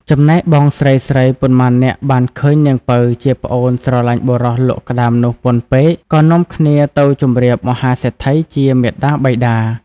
ចំណែកបងស្រីៗប៉ុន្មាននាក់បានឃើញនាងពៅជាប្អូនស្រឡាញ់បុរសលក់ក្ដាមនោះពន់ពេក ក៏នាំគ្នាទៅជម្រាបមហាសេដ្ឋីជាមាតាបិតា។